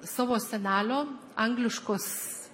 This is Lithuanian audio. savo senelio angliškos